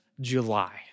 July